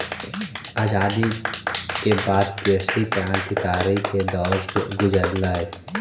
आज़ादी के बाद कृषि क्रन्तिकारी के दौर से गुज़ारलई